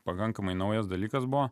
pakankamai naujas dalykas buvo